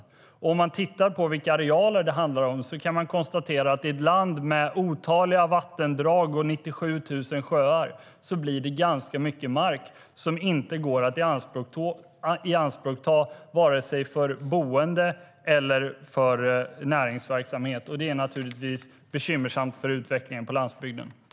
Om man tittar på vilka arealer det handlar om kan man konstatera att det ibland, med otaliga vattendrag och 97 000 sjöar, blir ganska mycket mark som inte går att ianspråkta vare sig för boende eller för näringsverksamhet. Det är naturligtvis bekymmersamt för utvecklingen på landsbygden.